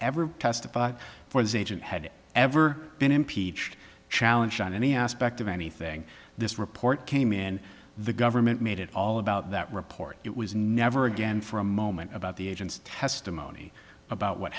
ever testified for the agent had ever been impeached challenge on any aspect of anything this report came in the government made it all about that report it was never again for a moment about the agent's testimony about what